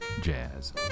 jazz